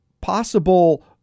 possible